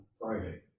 Friday